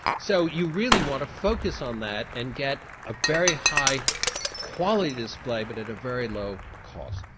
so you really want to focus on that and get a very high quality display but at a very low cost.